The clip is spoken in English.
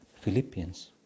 Philippians